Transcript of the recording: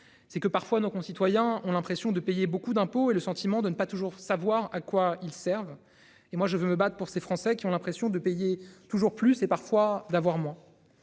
C'est que parfois nos concitoyens ont l'impression de payer beaucoup d'impôts et le sentiment de ne pas toujours savoir à quoi ils Servent. Et moi je veux me battre pour ces Français qui ont l'impression de payer toujours plus. Et parfois d'avoir moi.